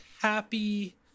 happy